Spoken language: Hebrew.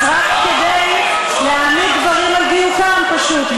אז רק כדי להעמיד דברים על דיוקם פשוט,